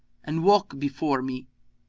and walk before me.